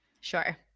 Sure